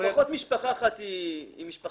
לפחות משפחה אחת היא מוכרת.